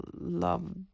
love